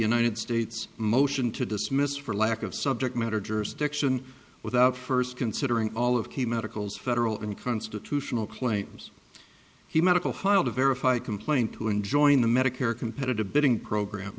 united states motion to dismiss for lack of subject matter jurisdiction without first considering all of key medicals federal and constitutional claims he medical file to verify complaint to enjoin the medicare competitive bidding program